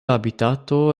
habitato